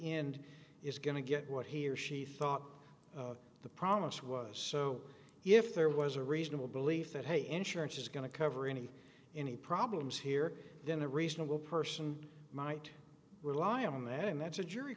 end is going to get what he or she thought the promise was so if there was a reasonable belief that hey insurance is going to cover any any problems here then a reasonable person might rely on that and that's a jury